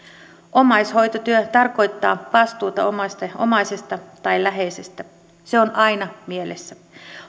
omaishoitotyö tarkoittaa vastuuta omasta omaisesta tai läheisestä se on aina mielessä